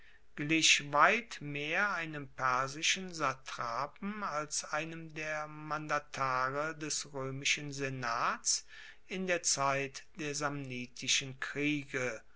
glich weit mehr einem persischen satrapen als einem der mandatare des roemischen senats in der zeit der samnitischen kriege